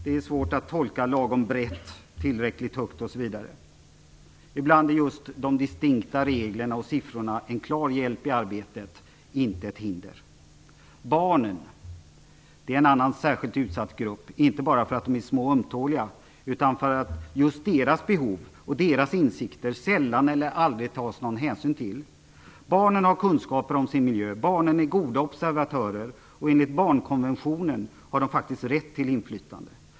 Det är svårt att tolka "lagom brett", "tillräckligt högt" osv. Ibland är just distinkta regler och siffror en klar hjälp i arbetet - inte ett hinder. Barnen är en annan särskilt utsatt grupp, inte bara därför att de är små och ömtåliga utan också därför att det sällan tas hänsyn till just deras behov och insikter. Barnen har kunskaper om sin miljö. Barnen är goda observatörer. Enligt barnkonventionen har barnen faktiskt rätt till inflytande.